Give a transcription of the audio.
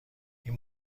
این